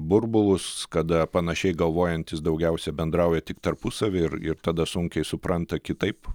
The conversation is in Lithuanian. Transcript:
burbulus kada panašiai galvojantys daugiausia bendrauja tik tarpusavy ir ir tada sunkiai supranta kitaip